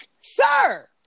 sir